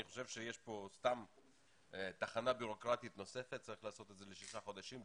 אני חושב שיש כאן תחנה בירוקרטית נוספת וצריך לעשות את זה לשישה חודשים.